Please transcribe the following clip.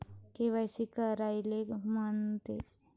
KYC कायले म्हनते?